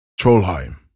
Trollheim